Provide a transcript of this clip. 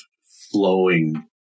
flowing